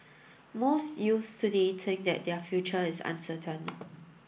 most youths today think that their future is uncertain